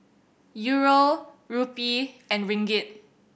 Euro Rupee and Ringgit